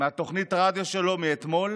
מתוכנית הרדיו שלו מאתמול